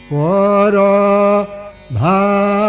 ah da da